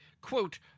quote